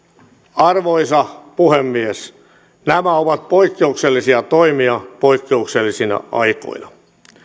arvoisa puhemies nämä ovat poikkeuksellisia toimia poikkeuksellisina aikoina